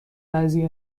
بعضی